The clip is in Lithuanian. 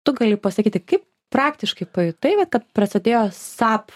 tu gali pasakyti kaip praktiškai pajutai vat kad prasidėjo sap